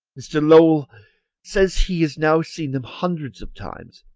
mr. lowell says he has now seen them hundreds of times,